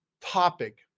topic